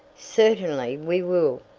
certainly we will,